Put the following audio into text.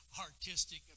artistic